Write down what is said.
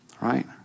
Right